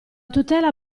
tutela